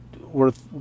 worth